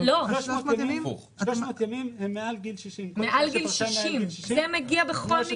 300 ימים הם מעל גיל 60. מעל גיל 60. זה מגיע בכל מקרה.